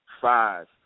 five